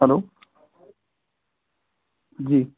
hello जी